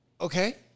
Okay